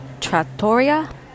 Trattoria